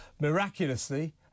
Miraculously